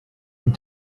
and